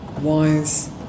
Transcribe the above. wise